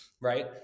Right